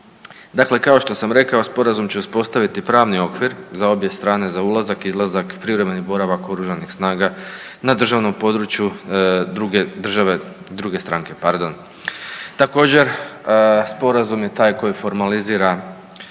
Dakle, kao što sam rekao, Sporazum će uspostaviti pravni okvir za obje strane za ulazak, izlazak, privremeni boravak OS-a na državnom području druge države, druge stranke, pardon. Također, Sporazum je taj koji formalizira